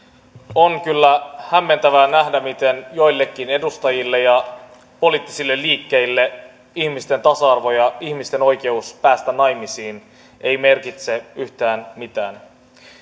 on kyllä hämmentävää nähdä miten joillekin edustajille ja poliittisille liikkeille ihmisten tasa arvo ja ihmisten oikeus päästä naimisiin eivät merkitse yhtään mitään